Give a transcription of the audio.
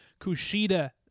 Kushida